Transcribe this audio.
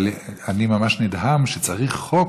אבל אני ממש נדהם שצריך חוק.